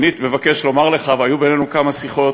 שנית, אני מבקש לומר לך, והיו בינינו כמה שיחות: